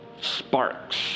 sparks